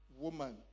woman